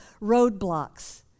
roadblocks